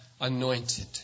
anointed